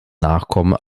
nachkommen